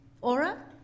aura